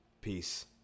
Peace